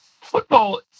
Football